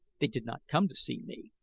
they did not come to see me,